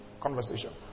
conversation